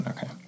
Okay